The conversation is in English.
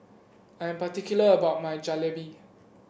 I am particular about my Jalebi